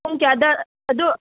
ꯄꯨꯡ ꯀꯌꯥꯗ ꯑꯗꯨ